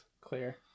Clear